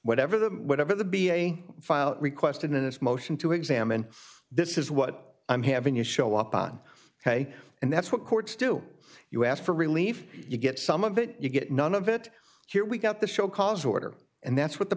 whatever the whatever the be a file requested in its motion to examine this is what i'm having you show up on ok and that's what courts do you ask for relief you get some of it you get none of it here we got the show cause order and that's what the